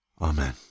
Amen